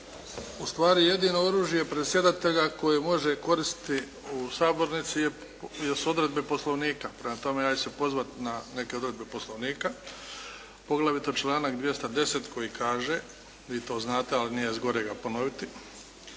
Ustvari jedino oružje predsjedatelja koje može koristiti u sabornici jesu odredbe Poslovnika, prema tome ja ću se pozvati na neke odredbe Poslovnika, poglavito članak 210. koji kaže, vi to znate, ali nije zgorega ponoviti.